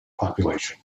population